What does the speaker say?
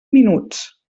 minuts